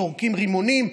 זורקים רימונים,